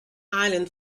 island